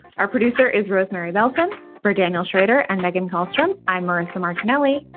our producer is rosemary bellson for daniel schrader and meghan carlstrom eimyr and sam martinelli.